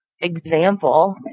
example